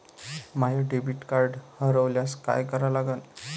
माय debit card हरोल्यास काय करा लागन?